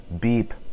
beep